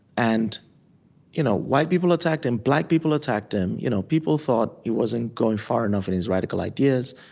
and you know white people attacked him. black people attacked him. you know people thought he wasn't going far enough in his radical ideas.